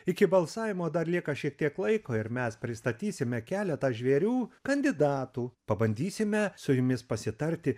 iki balsavimo dar lieka šiek tiek laiko ir mes pristatysime keletą žvėrių kandidatų pabandysime su jumis pasitarti